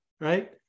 right